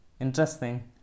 interesting